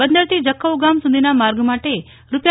બંદરથી જખો ગામ સુધીના માર્ગ માટે રૂા